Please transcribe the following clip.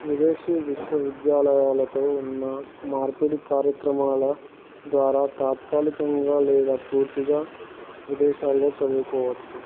విదేశీ విశ్వవిద్యాలయాలతో ఉన్న మార్పిడి కార్యక్రమాల ద్వారా తాత్కాలికంగా లేదా పూర్తిగా విదేశాల్లో చదువుకోవచ్చు